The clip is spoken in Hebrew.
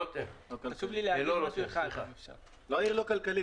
העיר לא כלכלית,